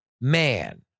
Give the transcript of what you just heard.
man